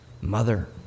mother